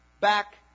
back